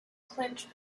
clinch